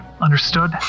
Understood